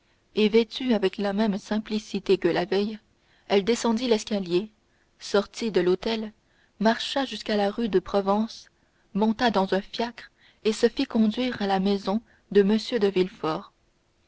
et vêtue avec la même simplicité que la veille elle descendit l'escalier sortit de l'hôtel marcha jusqu'à la rue de provence monta dans un fiacre et se fit conduire à la maison de m de